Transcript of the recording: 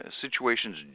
situations